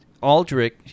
Aldrich